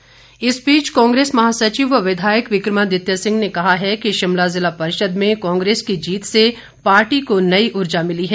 विक्रमादित्य सिंह इस बीच कांग्रेस महासचिव व विधायक विकमादित्य सिंह ने कहा है कि शिमला ज़िला परिषद में कांग्रेस की जीत से पार्टी को नई ऊर्जा मिली है